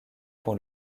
pour